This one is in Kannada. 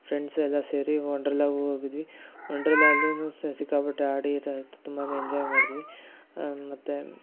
ಫ್ರೆಂಡ್ಸೆಲ್ಲ ಸೇರಿ ವಂಡ್ರಲ್ಲಾಗೆ ಹೋಗಿದ್ವಿ ವಂಡ್ರಲ್ಲ ಅಲ್ಲೀನೂ ಸಿಕ್ಕಾಪಟ್ಟೆ ಆಡಿ ತುಂಬಾ ಎಂಜಾಯ್ ಮಾಡಿದ್ವಿ ಮತ್ತು